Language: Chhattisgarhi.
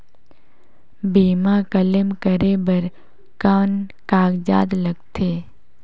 बीमा क्लेम करे बर कौन कागजात लगथे?